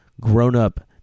grown-up